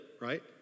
right